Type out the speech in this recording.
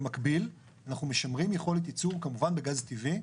במקביל אנחנו משמרים יכולת ייצור כמובן בגז טבעי.